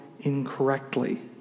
incorrectly